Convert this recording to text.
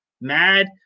mad